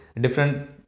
different